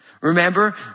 Remember